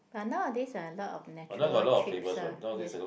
but nowadays got a lot of natural chips ah yes